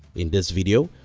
in this video,